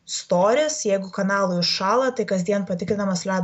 storis jeigu kanalai užšąla tai kasdien patikrinamas ledo